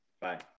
Bye